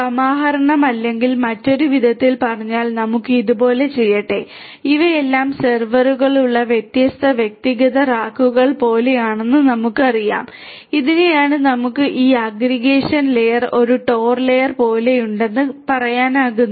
സമാഹരണം അല്ലെങ്കിൽ മറ്റൊരു വിധത്തിൽ പറഞ്ഞാൽ നമുക്ക് ഇതുപോലെ ചെയ്യട്ടെ ഇവയെല്ലാം സെർവറുകളുള്ള വ്യത്യസ്ത വ്യക്തിഗത റാക്കുകൾ പോലെയാണെന്ന് നമുക്കറിയാം ഇതിനെയാണ് നമുക്ക് ഈ അഗ്രഗേഷൻ ലെയർ ഒരു TOR ലെയർ പോലെയുണ്ടെന്ന് വിളിക്കാനാകുന്നത്